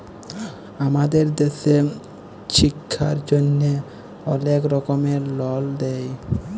আমাদের দ্যাশে ছিক্ষার জ্যনহে অলেক রকমের লল দেয়